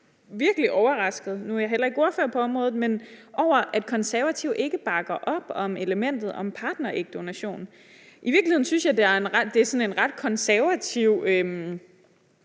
faktisk virkelig overrasket over, at Konservative ikke bakker op om elementet om partnerægdonation. I virkeligheden synes jeg, det der med